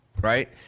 right